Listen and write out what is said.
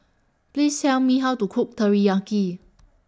Please Tell Me How to Cook Teriyaki